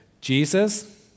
Jesus